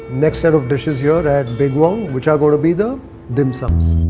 next set of dishes here at big wong which are going to be the dim sums.